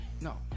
No